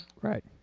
right